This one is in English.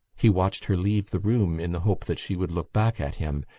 he watched her leave the room in the hope that she would look back at him,